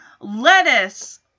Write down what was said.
lettuce